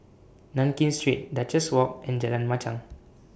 Nankin Street Duchess Walk and Jalan Machang